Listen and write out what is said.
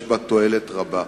יש בה תועלת רבה,